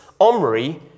Omri